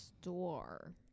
store